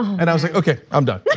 and i was like, okay, i'm done.